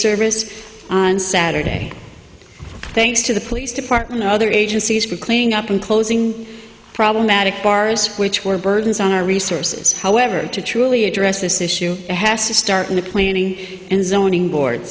service on saturday thanks to the police department and other agencies for cleaning up and closing problematic bars which were burdens on our resources however to truly address this issue has to start in the planning and zoning board